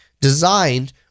designed